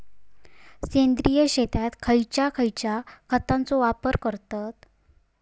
सेंद्रिय शेतात खयच्या खयच्या खतांचो वापर करतत?